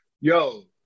yo